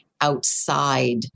outside